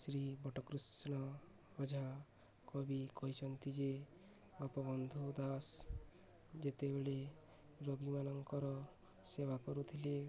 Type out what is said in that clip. ଶ୍ରୀ ବଟକୃଷ୍ଣ ଓଝା କବିି କହିଛନ୍ତି ଯେ ଗୋପବନ୍ଧୁ ଦାସ ଯେତେବେଳେ ରୋଗୀମାନଙ୍କର ସେବା କରୁଥିଲେ